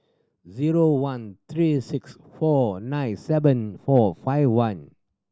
zero one three six four nine seven four five one